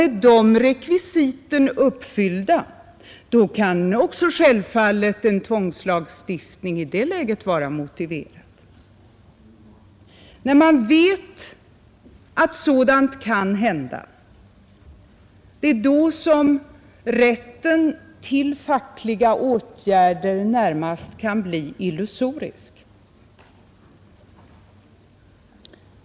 Med de rekvisiten uppfyllda kan självfallet en tvångslagstiftning i det läget snabbt vara motiverad. När man vet att sådant kan hända, blir rätten till fackliga åtgärder närmast illusorisk.